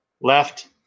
left